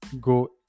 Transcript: go